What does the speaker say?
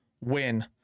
win